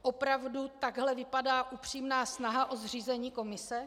Opravdu takhle vypadá upřímná snaha o zřízení komise?